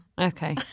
Okay